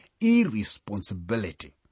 irresponsibility